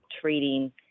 treating